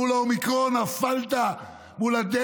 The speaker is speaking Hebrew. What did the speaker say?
מול האומיקרון.